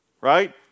right